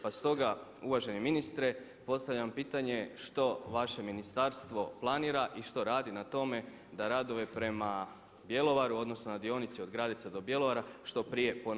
Pa stoga uvaženi ministre postavljam pitanje što vaše ministarstvo planira i što radi na tome da radove prema Bjelovaru, odnosno na dionici od Gradeca do Bjelovara što prije ponovno pokrenu.